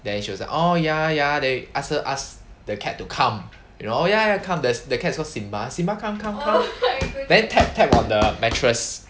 then she was like oh ya ya then ask her ask the cat to come you know ya ya come the the cat's called simba simba come come come then tap tap on the mattress